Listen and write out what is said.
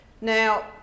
Now